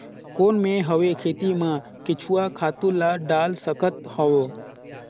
कौन मैं हवे खेती मा केचुआ खातु ला डाल सकत हवो?